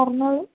പറഞ്ഞോളൂ